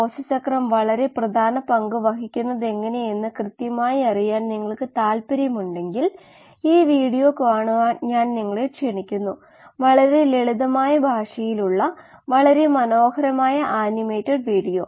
ൽ ക്കു പകരം കൊടുത്താൽ ഇതൊക്കെ അറിയാമെങ്കിൽ ഫെഡ് ബാച്ച് ബയോറിയാക്ടറിലെ കോശങ്ങളുടെ ഗാഢത പ്രൊഫൈൽ കണ്ടുപിടിക്കാൻ പറ്റും